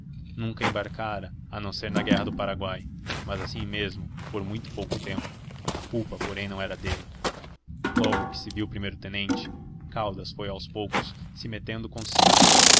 nunca embarcara a não ser na guerra do paraguai mas assim mesmo por muito pouco tempo a culpa porém não era dele logo que se viu primeiro tenente caldas foi aos poucos se metendo consigo